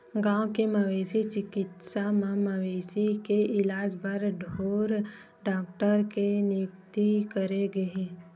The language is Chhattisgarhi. गाँव के मवेशी चिकित्सा म मवेशी के इलाज बर ढ़ोर डॉक्टर के नियुक्ति करे गे हे